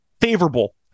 favorable